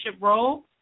role